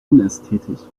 unästhetisch